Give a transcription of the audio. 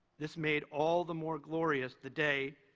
this made all the more glorious the day,